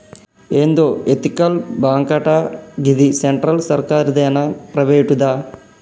ఏందో ఎతికల్ బాంకటా, గిది సెంట్రల్ సర్కారుదేనా, ప్రైవేటుదా